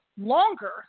longer